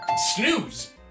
Snooze